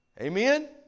Amen